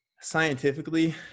scientifically